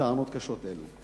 בטענות קשות אלו?